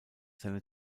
seine